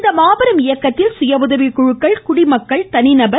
இந்த மாபெரும் இயக்கத்தில் சுய உதவிக்குழுக்கள் குடிமக்கள் தனிநபர்கள்